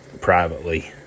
privately